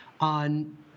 on